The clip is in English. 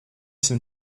some